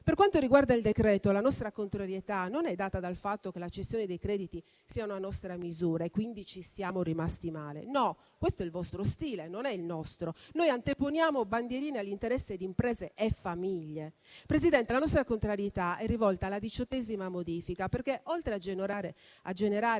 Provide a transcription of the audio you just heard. Per quanto riguarda il decreto, la nostra contrarietà non è data dal fatto che la cessione dei crediti sia una nostra misura e quindi ci siamo rimasti male. No, questo è il vostro stile, non è il nostro. Noi non anteponiamo bandierine agli interessi di imprese e famiglie. Presidente, la nostra contrarietà è rivolta alla diciottesima modifica, perché oltre a generare